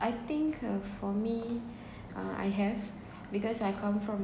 I think uh for me I have because I come from